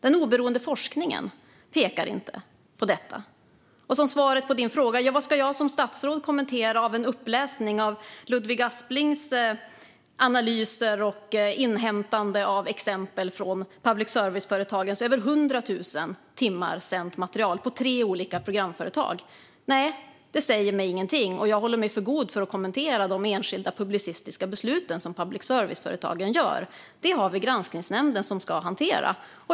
Den oberoende forskningen pekar inte på detta. Jag ska svara på Ludvig Asplings fråga. Vad ska jag som statsråd kommentera av hans uppläsning av analyser och inhämtande av exempel från public service-företagens över 100 000 timmars sänt material på tre olika programföretag? Nej, det säger mig ingenting, och jag håller mig för god för att kommentera de enskilda publicistiska besluten som public service-företagen tar. Det ska Granskningsnämnden hantera.